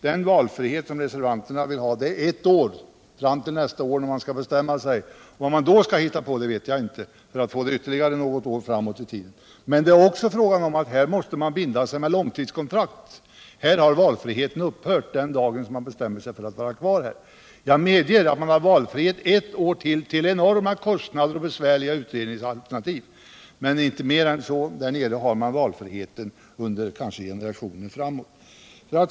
Den valfrihet som reservanterna vill ha omfattar ett år, fram till den tidpunkt när man skall bestämma sig nästa år. Vad man då skall hitta på för alt få valfrihet ytterligare något år framåt i tiden vet jag inte. Men det är också en fråga om at man här måste binda sig med långtidskontrakt. I Sergelstorgsalternativet har valfriheten upphört den dag man bestämmer sig för att vara kvar här. Jag medger att man har valfrihet ett år till, till enorma kostnader och med besvärliga utredningsalternativ, men inte längre än så. Vid en återflyttning har vi valfrihet kanske i generationer framåt.